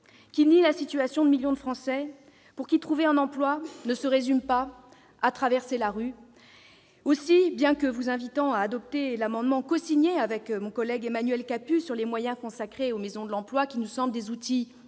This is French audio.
qui nie la situation de millions de Français pour qui trouver un emploi ne se résume pas au fait de traverser la rue ! Aussi, bien que vous invitant à adopter l'amendement que j'ai signé avec Emmanuel Capus sur les moyens consacrés aux maisons de l'emploi, qui nous semblent des outils